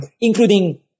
including